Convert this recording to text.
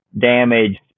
damaged